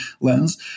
lens